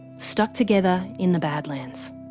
stuck together in the badlands.